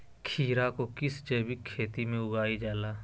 खीरा को किस जैविक खेती में उगाई जाला?